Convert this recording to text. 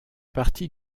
partie